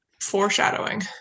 foreshadowing